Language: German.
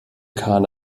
kahn